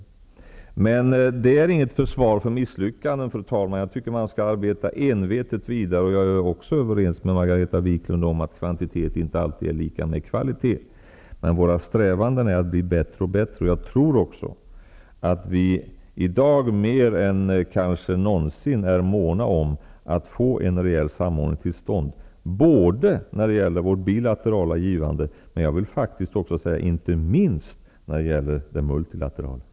Detta är emellertid inte något försvar för misslyckanden, fru talman. Jag tycker att man envetet skall arbeta vidare, och jag är också överens med Margareta Viklund om att kvantitet inte alltid är lika med kvalitet. Vår strävan är att bli bättre och bättre, och jag tror också att vi i dag kanske mer än någonsin är måna om att få att få en rejäl samordning till stånd när det gäller vårt bilaterala givande och, inte minst, när det gäller det multilaterala.